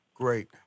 Great